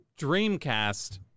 dreamcast